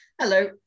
Hello